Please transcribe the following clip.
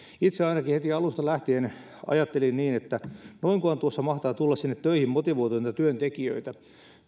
itse ainakin heti alusta lähtien ajattelin niin että noinkohan tuossa mahtaa tulla sinne töihin motivoituneita työntekijöitä